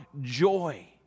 joy